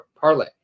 parlay